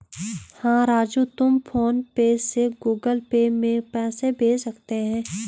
हां राजू तुम फ़ोन पे से गुगल पे में पैसे भेज सकते हैं